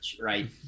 right